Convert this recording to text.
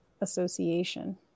association